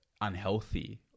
unhealthy